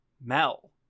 Mel